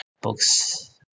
books